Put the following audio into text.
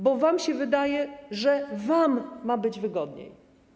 Bo wam się wydaje, że to wam ma być wygodniej.